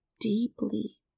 deeply